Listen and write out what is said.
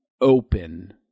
open